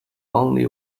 only